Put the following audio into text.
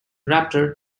raptor